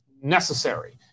necessary